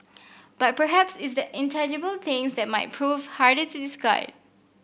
but perhaps it's the intangible things that might prove harder to discard